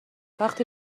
وقتی